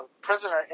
prisoner